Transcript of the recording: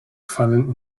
fallen